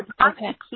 Okay